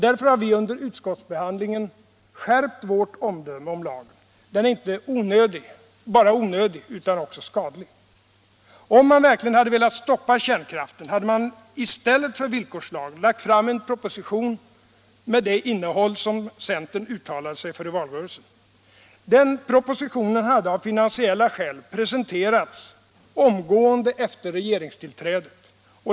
Därför har vi under utskottsbehandlingen skärpt vårt omdöme om lagen. Den är inte bara onödig utan också skadlig. Nr 107 Om man verkligen velat stoppa kärnkraften hade man i stället för Torsdagen den villkorslagen lagt fram en proposition med det innehåll centern uttalade 14 april 1977 sig för i valrörelsen.